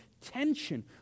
tension